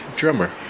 drummer